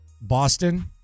Boston